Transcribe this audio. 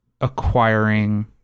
acquiring